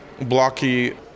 blocky